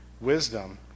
wisdom